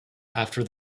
after